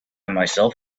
myself